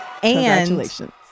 Congratulations